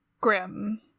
Grim